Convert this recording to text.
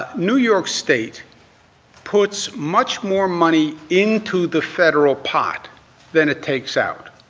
new york state puts much more money into the federal pot than it takes out,